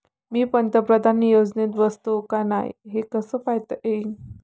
मी पंतप्रधान योजनेत बसतो का नाय, हे कस पायता येईन?